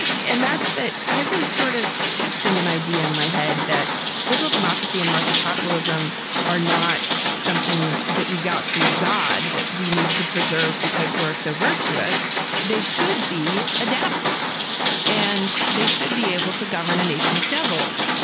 and that's that. i've been sort of testing an idea in my head that liberal democracy and market capitalism are not something that we got from god that we need to preserve because we're so virtuous they should be adaptive and they should be able to govern a nation of devils.